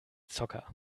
zocker